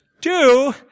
Two